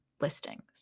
listings